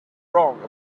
wrong